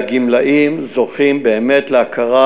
והגמלאים זוכים באמת להכרה